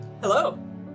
Hello